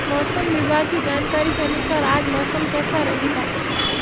मौसम विभाग की जानकारी के अनुसार आज मौसम कैसा रहेगा?